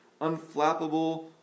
unflappable